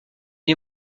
est